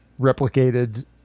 replicated